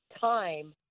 time